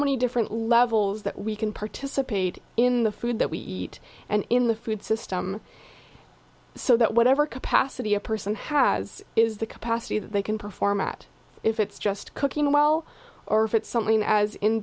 many different levels that we can participate in the food that we eat and in the food system so that whatever capacity a person has is the capacity they can perform at if it's just cooking well or if it's something as in